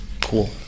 Cool